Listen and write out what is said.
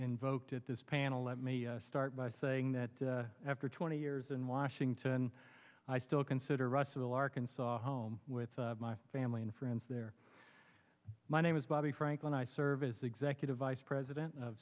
invoked at this panel let me start by saying that after twenty years in washington i still consider russellville arkansas home with my family and friends there my name is bobby frank and i serve as executive vice president of